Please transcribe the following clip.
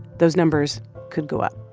those numbers could go up